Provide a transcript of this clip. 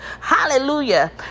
Hallelujah